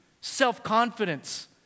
self-confidence